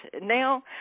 Now